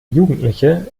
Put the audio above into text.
jugendliche